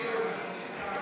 קבוצת סיעת בל"ד וקבוצת סיעת